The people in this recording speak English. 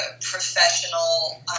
professional